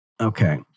Okay